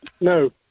No